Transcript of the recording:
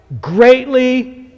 greatly